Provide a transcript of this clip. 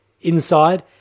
inside